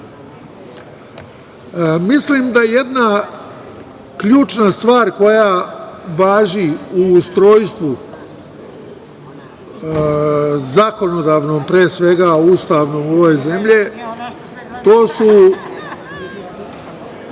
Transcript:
mislim da jedna ključna stvar koja važi u ustrojstvu zakonodavnom, pre svega, Ustavom ove zemlje, to je